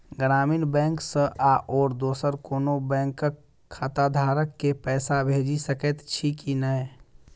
ग्रामीण बैंक सँ आओर दोसर कोनो बैंकक खाताधारक केँ पैसा भेजि सकैत छी की नै?